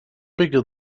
bigger